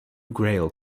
grail